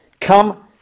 come